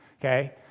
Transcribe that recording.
okay